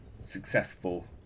successful